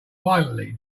violently